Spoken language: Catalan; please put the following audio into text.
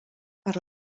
per